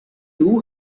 too